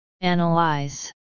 Analyze